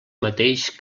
mateix